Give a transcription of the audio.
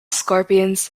scorpions